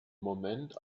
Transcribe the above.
moment